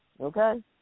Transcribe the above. Okay